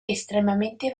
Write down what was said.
estremamente